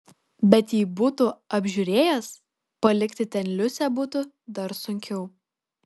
bet jei būtų apžiūrėjęs palikti ten liusę būtų dar sunkiau